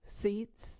seats